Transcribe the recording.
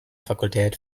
fakultät